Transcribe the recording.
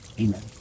Amen